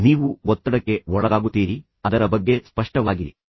ನೀವು ಒತ್ತಡಕ್ಕೆ ಒಳಗಾಗುತ್ತೀರಿ ಆದ್ದರಿಂದ ಅದರ ಬಗ್ಗೆ ಸ್ಪಷ್ಟವಾಗಿರಿ